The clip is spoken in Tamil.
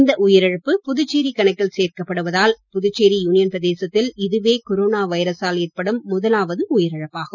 இந்த உயிரிழப்பு புதுச்சேரி கணக்கில் சேர்க்கப்படுவதால் புதுச்சேரி யூனியன் பிரதேசத்தில் இதுவே கொரோனா வைரசால் ஏற்படும் முதலாவது உயிரிழப்பாகும்